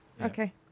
Okay